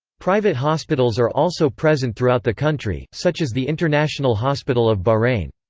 private hospitals are also present throughout the country, such as the international hospital of bahrain.